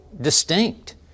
distinct